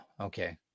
Okay